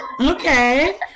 Okay